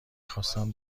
خواستم